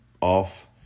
off